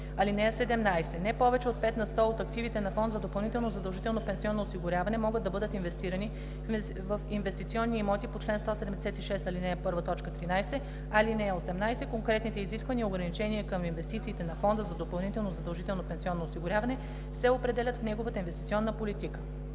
179б. (17) Не повече от 5 на сто от активите на фонд за допълнително задължително пенсионно осигуряване могат да бъдат инвестирани в инвестиционни имоти по чл. 176, ал. 1, т. 13. (18) Конкретните изисквания и ограничения към инвестициите на фонда за допълнително задължително пенсионно осигуряване се определят в неговата инвестиционна политика.”